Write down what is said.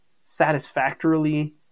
satisfactorily